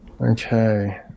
Okay